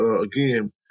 again